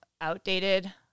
outdated